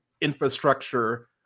infrastructure